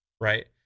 right